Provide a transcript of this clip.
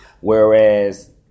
Whereas